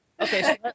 Okay